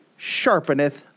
sharpeneth